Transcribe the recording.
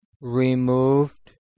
removed